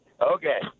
Okay